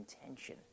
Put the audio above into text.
intention